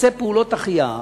עושה פעולות החייאה